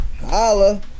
Holla